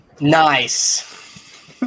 Nice